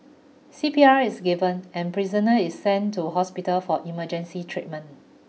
C P R is given and prisoner is sent to hospital for emergency treatment